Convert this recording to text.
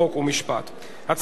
חוק ומשפט נתקבלה.